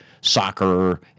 soccer